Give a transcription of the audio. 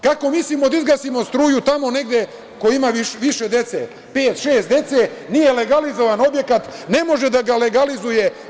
Kako mislimo da izgasimo struju tamo negde ko ima više dece, pet, šest, nije legalizovan objekat, ne može da ga legalizuje?